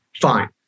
Fine